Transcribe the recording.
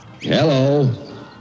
Hello